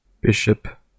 bishop